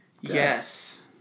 Yes